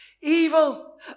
Evil